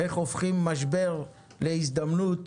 איך הופכים משבר להזדמנות,